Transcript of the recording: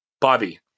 Bobby